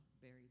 buried